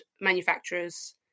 manufacturers